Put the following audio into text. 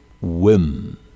whim